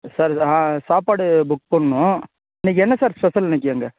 sir நான் சாப்பாடு book பண்ணும் இன்னக்கு என்ன சார் ஸ்பெஷல் இன்னக்கு அங்கே